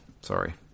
Sorry